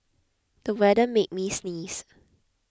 the weather made me sneeze